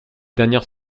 dernière